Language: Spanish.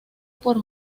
por